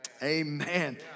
Amen